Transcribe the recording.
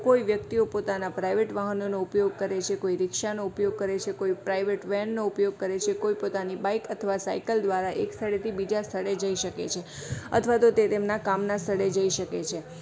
કોઈ વ્યક્તિઓ પોતાના પ્રાઇવેટ વાહનોનો ઉપયોગ કરે છે કોઈ રીક્ષાનો ઉપયોગ કરે છે કોઈ પ્રાઇવેટ વેનનો ઉપયોગ કરે છે કોઈ પોતાની બાઇક અથવા સાઇકલ દ્વારા એક સ્થળેથી બીજા સ્થળે જઇ શકે છે અથવા તો તે તેમના કામનાં સ્થળે જઇ શકે છે